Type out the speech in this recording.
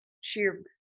sheer